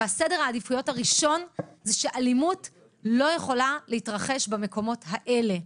וסדר העדיפויות הראשון זה שאלימות לא יכולה להתרחש במקומות האלה,